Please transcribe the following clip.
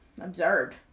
observed